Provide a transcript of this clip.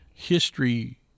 history